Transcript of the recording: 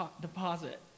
deposit